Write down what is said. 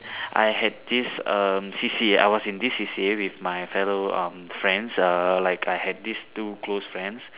I had this um C_C_A I was in this C_C_A with my fellow um friends err like I had this two close friends